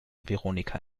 veronika